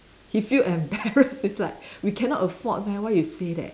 he feel embarrassed it's like we cannot afford meh why you say that